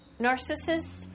narcissist